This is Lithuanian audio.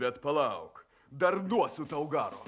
bet palauk dar duosiu tau garo